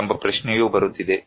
ಎಂಬ ಪ್ರಶ್ನೆಯೂ ಬರುತ್ತಿದೆ